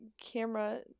camera